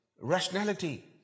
rationality